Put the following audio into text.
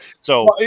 So-